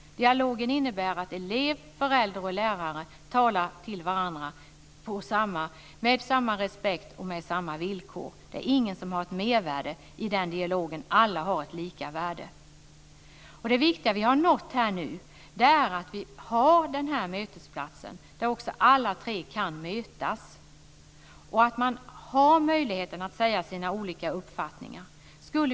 Dialogen innebär att elev, förälder och lärare talar till varandra med samma respekt och på samma villkor. Det är ingen som har ett mervärde i den dialogen. Alla har ett lika värde. Det viktiga som vi nu har nått är att vi har denna mötesplats där alla tre kan mötas och att man har möjlighet att framföra sina olika uppfattningar.